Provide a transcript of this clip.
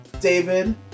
David